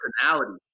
personalities